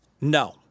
No